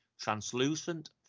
translucent